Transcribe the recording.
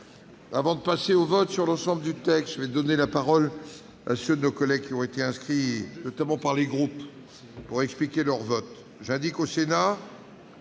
Avant de passer au vote sur l'ensemble du texte, je vais donner la parole à ceux de nos collègues qui ont été inscrits par les groupes pour expliquer leur vote. J'indique au Sénat